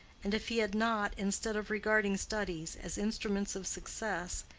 and if he had not, instead of regarding studies as instruments of success,